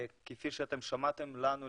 כפי ששמעתם לנו,